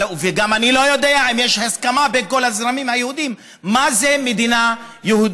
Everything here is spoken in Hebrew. אני גם לא יודע אם יש הסכמה בין כל הזרמים היהודיים מה זה מדינה יהודית.